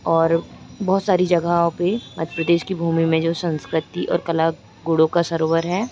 और बहुत सारी जगहों पर मध्य प्रदेश की भूमि में जो संस्कृति और कला गुणों का सरोवर है